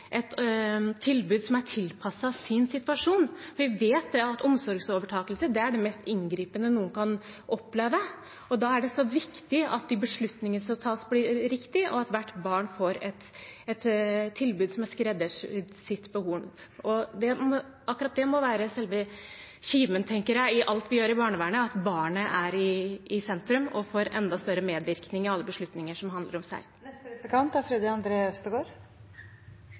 tilbud som er tilpasset sin situasjon. Vi vet at omsorgsovertakelse er det mest inngripende noen kan oppleve. Da er det så viktig at de beslutninger som tas, blir riktige, og at hvert barn får et tilbud som er skreddersydd for sitt behov. Akkurat det må være selve kimen i alt vi gjør i barnevernet, at barnet er i sentrum og får enda større medvirkning i alle beslutninger som handler om seg